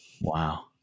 Wow